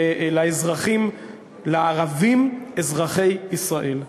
על הערבים אזרחי ישראל.